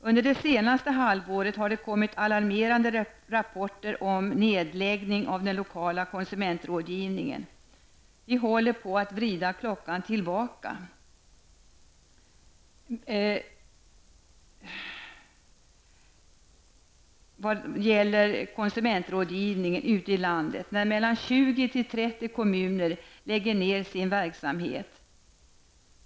Under det senaste halvåret har det kommit alarmerande rapporter om nedläggning av den lokala konsumentrådgivningen. Vi håller på att vrida klockan tillbaka vad gäller konsumentrådgivningen ute i landet när 20--30 kommuner lägger ner sin verksamhet.